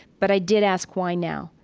but i did ask, why now?